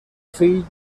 fill